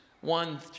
one